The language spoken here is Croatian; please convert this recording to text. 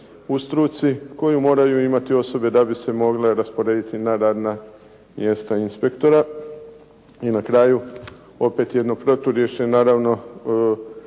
u struci koje moraju imati osobe da bi se mogle rasporediti na radna mjesta inspektora. I na kraju opet jedno proturječje, naravno